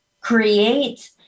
create